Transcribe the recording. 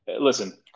Listen